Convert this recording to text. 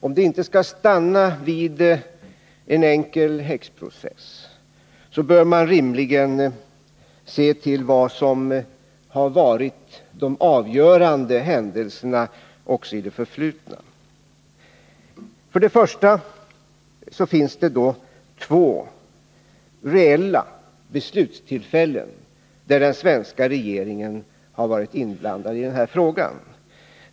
Om det inte skall stanna vid en enkel häxprocess bör man rimligen se till vad som har varit de avgörande händelserna också i det förflutna. Först och främst finns det två reella beslutstillfällen, där den svenska regeringen har varit inblandad i frågan.